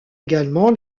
également